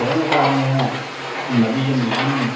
तेन कारनेण मदीयं यानं